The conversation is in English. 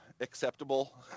acceptable